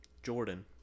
Jordan